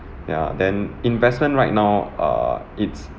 ya then investment right now err it's